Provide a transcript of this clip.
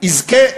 יזכה,